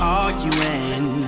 arguing